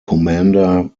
commander